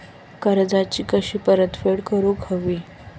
कर्जाची कशी परतफेड करूक हवी?